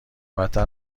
بدتر